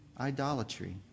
idolatry